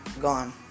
gone